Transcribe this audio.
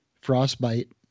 frostbite